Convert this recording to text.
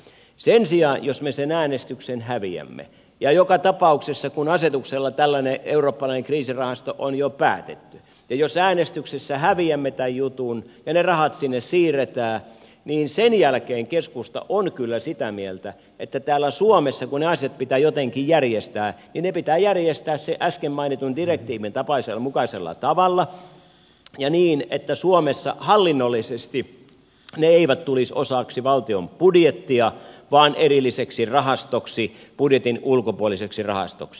sen sijaan jos me sen äänestyksen häviämme kun joka tapauksessa asetuksella tällainen eurooppalainen kriisirahasto on jo päätetty ja ne rahat sinne siirretään niin sen jälkeen keskusta on kyllä sitä mieltä että täällä suomessa kun ne asiat pitää jotenkin järjestää niin ne pitää järjestää sen äsken mainitun direktiivin mukaisella tavalla ja niin että suomessa hallinnollisesti ne eivät tulisi osaksi valtion budjettia vaan erilliseksi rahastoksi budjetin ulkopuoliseksi rahastoksi